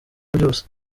byose